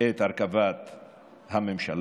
את הרכבת הממשלה,